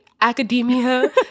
academia